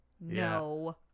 No